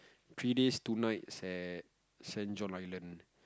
three days two nights at Saint-John Island